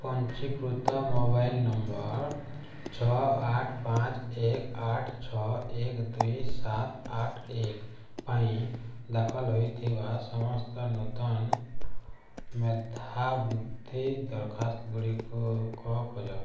ପଞ୍ଜୀକୃତ mobile number ଛଅ ଆଠ ପାଞ୍ଚ ଏକ ଆଠ ଛଅ ଏକ ଦୁଇ ସାତ ଆଠ ଏକ ପାଇଁ ଦାଖଲ ହେଇଥିବା ସମସ୍ତ ନୂତନ ମେଧାବୃତ୍ତି ଦରଖାସ୍ତଗୁଡ଼ିକ ଖୋଜ